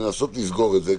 לנסות לסגור את זה.